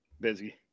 busy